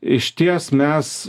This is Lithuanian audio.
išties mes